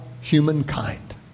humankind